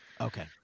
Okay